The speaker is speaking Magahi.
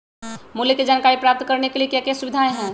मूल्य के जानकारी प्राप्त करने के लिए क्या क्या सुविधाएं है?